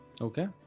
Okay